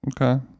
Okay